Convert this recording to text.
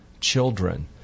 children